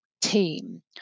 team